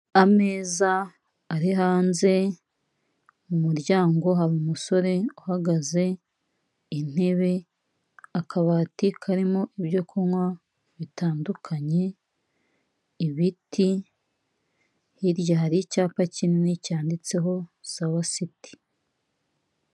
Ameza ari hanze, mu muryango hari umusore uhagaze, intebe, akabati karimo ibyo kunywa bitandukanye, ibiti, hirya hari icyapa kinini cyanditseho Sawa siti.